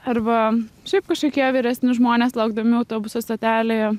arba šiaip kažkokie vyresni žmonės laukdami autobuso stotelėje